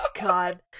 god